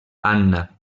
anna